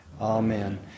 Amen